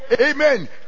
Amen